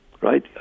right